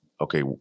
okay